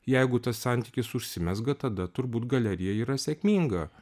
jeigu tas santykis užsimezga tada turbūt galerija yra sėkminga